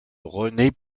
renée